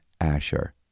Asher